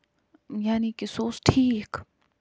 یعنے کہِ سُہ اوس ٹھیٖک